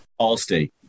Allstate